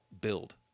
build